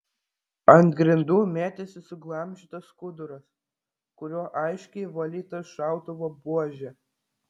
ant grindų mėtėsi suglamžytas skuduras kuriuo aiškiai valyta šautuvo buožė